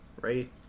Right